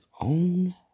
own